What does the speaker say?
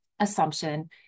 assumption